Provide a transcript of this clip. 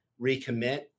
recommit